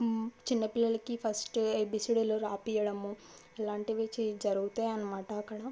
చిన్నపిల్లలకి ఫస్ట్ ఏబిసిడిలు రాపీయడము ఇలాంటివి జరుగుతాయి అన్నమాట అక్కడ